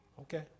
Okay